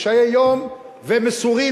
קשי יום ומסורים,